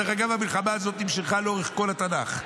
דרך אגב, המלחמה הזאת נמשכה לאורך כל התנ"ך.